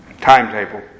timetable